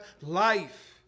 life